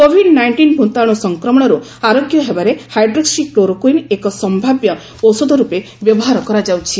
Covid nineteen ଭୂତାଣୁ ସଫ୍ରମଣରୁ ଆରୋଗ୍ୟ ହେବାରେ ହାଇଡ୍ରୋକ୍ନି କ୍ଲୋରୋକୁଇନ୍ ଏକ ସୟାବ୍ୟ ଔଷଧ ରୂପେ ବ୍ୟବହାର କରାଯାଉଛି